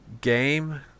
game